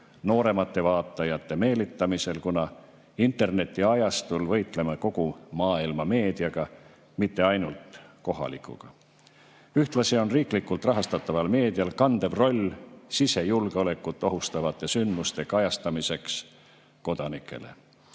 nooremate vaatajate meelitamisel, kuna internetiajastul võitleme kogu maailma meediaga, mitte ainult kohalikuga. Ühtlasi on riiklikult rahastataval meedial kandev roll sisejulgeolekut ohustavate sündmuste kajastamisel kodanikele.